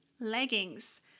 leggings